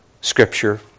scripture